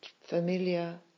familiar